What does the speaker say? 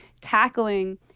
tackling